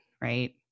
right